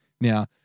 Now